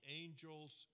angels